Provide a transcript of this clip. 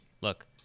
Look